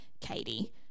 Katie